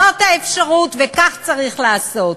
זאת האפשרות, וכך צריך לעשות.